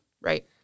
Right